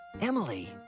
Emily